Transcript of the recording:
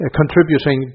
contributing